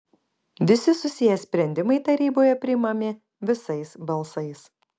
visi susiję sprendimai taryboje priimami visais balsais